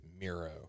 Miro